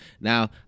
Now